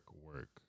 work